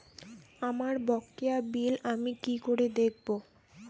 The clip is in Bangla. আমার বকেয়া বিল আমি কি করে দেখব?